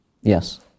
yes